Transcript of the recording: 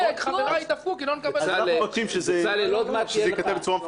אנחנו רוצים שזה ייכתב מפורשות.